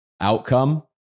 outcome